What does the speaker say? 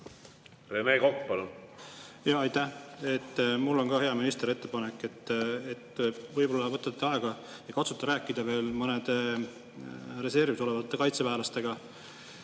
Rene Kokk, palun! Aitäh! Mul on ka, hea minister, ettepanek. Võib-olla võtate aega ja katsute rääkida veel mõne reservis oleva kaitseväelasega,